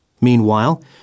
Meanwhile